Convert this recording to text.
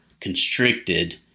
constricted